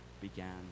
began